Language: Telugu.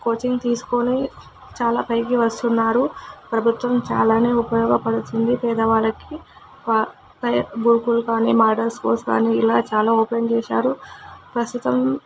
కోచింగ్ తీసుకుని చాలా పైకి వస్తున్నారు ప్రభుత్వం చాలా ఉపయోగపడుతుంది పేదవాళ్ళకి గురుకుల్ కానీ మోడల్ స్కూల్స్ కానీ ఇలా చాలా ఓపెన్ చేశారు ప్రస్తుతం